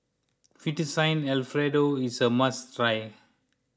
Fettuccine Alfredo is a must try